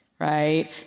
right